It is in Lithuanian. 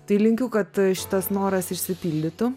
tai linkiu kad šitas noras išsipildytų